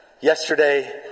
Yesterday